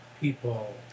people